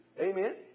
Amen